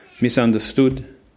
misunderstood